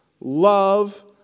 love